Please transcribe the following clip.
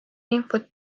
infot